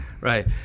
Right